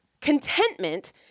contentment